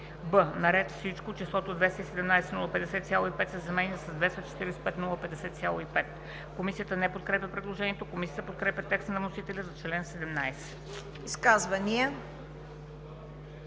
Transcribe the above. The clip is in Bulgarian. б) на ред Всичко числото „217 050,5“ се заменя с „245 050,5“.“ Комисията не подкрепя предложението. Комисията подкрепя текста на вносителя за чл. 17. ПРЕДСЕДАТЕЛ